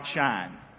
shine